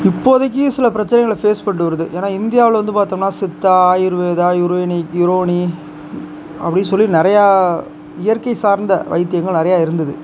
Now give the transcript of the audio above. இப்போதைக்கு சில பிரச்சனைகளை ஃபேஸ் பண்ணிட்டு வருகுது ஏன்னா இந்தியாவில் வந்து பார்த்தோம்னா சித்தா ஆயுர்வேதா யுரோனிக் யுரோனி அப்படின் சொல்லி நிறையா இயற்கை சார்ந்த வைத்தியங்கள் நிறையா இருந்தது